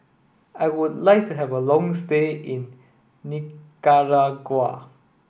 I would like to have a long stay in Nicaragua